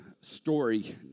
story